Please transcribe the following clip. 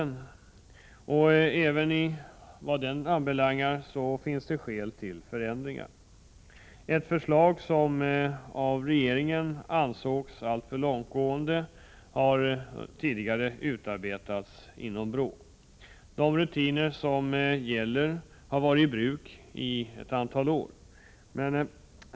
Även vad den verksamheten anbelangar finns skäl till förändringar. Ett förslag, som dock av regeringen ansågs som alltför långtgående, har tidigare utarbetats inom BRÅ. De rutiner som gäller har varit i bruk i ett antal år.